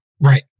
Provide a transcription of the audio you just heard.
Right